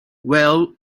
well